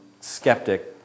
skeptic